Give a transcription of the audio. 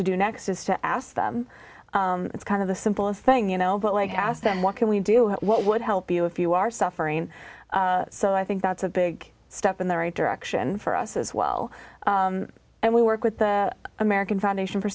to do next is to ask them it's kind of the simplest thing you know but like i asked them what can we do what would help you if you are suffering so i think that's a big step in the right direction for us as well and we work with the american foundation for